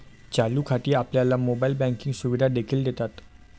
चालू खाती आपल्याला मोबाइल बँकिंग सुविधा देखील देतात